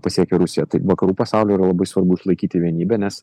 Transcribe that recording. pasiekė rusiją taip vakarų pasauliu yra labai svarbu išlaikyti vienybę nes